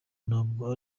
ntabwo